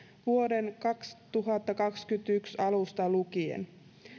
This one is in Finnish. vuoden kaksituhattakaksikymmentäyksi alusta lukien